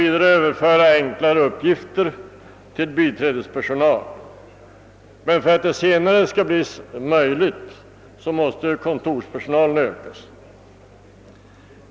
Vidare kan enklare uppgifter överföras till biträdespersonal, men om det senare skall bli möjligt måste kontorspersonaden utökas.